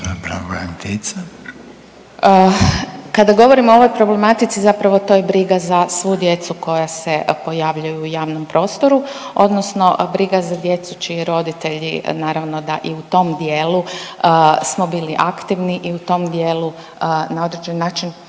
Dragičević, Helenca** Kada govorimo o ovoj problematici zapravo to je briga za svu djecu koja se pojavljuju u javnom prostoru odnosno briga za djecu čiji roditelji naravno da i u tom dijelu smo bili aktivni i u tom dijelu na određeni način